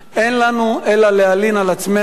אין לנו אלא להלין על עצמנו,